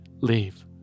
leave